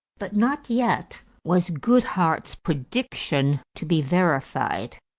but not yet was goodhart's prediction to be verified,